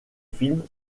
films